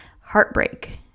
heartbreak